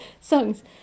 Songs